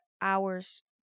hours